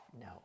No